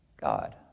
God